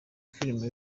filime